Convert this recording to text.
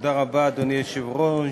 אדוני היושב-ראש,